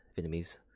Vietnamese